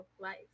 life